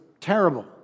terrible